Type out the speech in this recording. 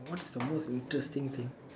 what is the most interesting thing